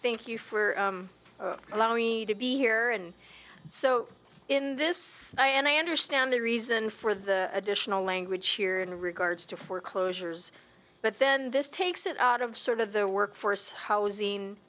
thank you for allowing me to be here and so in this i and i understand the reason for the additional language here in regards to foreclosures but then this takes it out of sort of the workforce housing